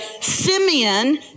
Simeon